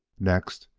next,